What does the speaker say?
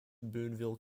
boonville